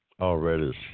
already